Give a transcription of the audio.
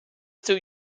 still